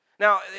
Now